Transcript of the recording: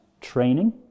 training